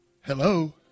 Hello